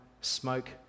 smoke